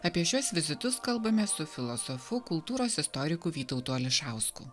apie šiuos vizitus kalbame su filosofu kultūros istoriku vytautu ališausku